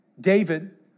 David